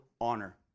honor